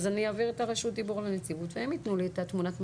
אז אני אעביר את רשות הדיבור לנציבות והם יתנו לי את תמונת המצב.